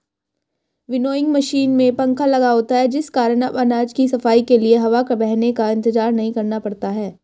winnowing machine में पंखा लगा होता है जिस कारण अब अनाज की सफाई के लिए हवा बहने का इंतजार नहीं करना पड़ता है